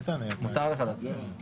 איתן, מותר לך להצביע.